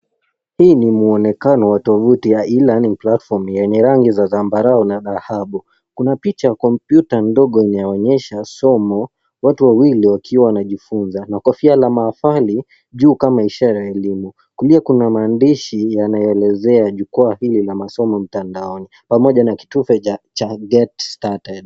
Hii ni mwonekano wa tovuti ya E-learning platform yenye rangi za zambarau na dhahabu. Kuna picha ya kompyuta ndogo inayoonesha somo, watu wawili wakiwa wanajifunza, na kofia la mahafali juu kama ishara ya elimu. Kulia kuna maandishi yanayoelezea jukwaa hili la masomo mtandaoni pamoja na kitufe cha Get Started .